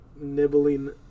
nibbling